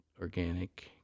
organic